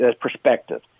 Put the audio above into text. perspective